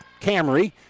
Camry